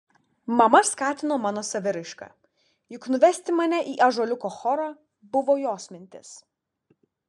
mama skatino mano saviraišką juk nuvesti mane į ąžuoliuko chorą buvo jos mintis